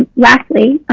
lastly.